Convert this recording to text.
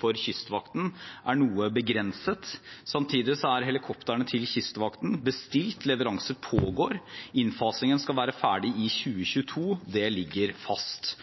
for Kystvakten er noe begrenset. Samtidig er helikoptrene til Kystvakten bestilt, leveransen pågår, innfasingen skal være ferdig i 2022. Det ligger fast.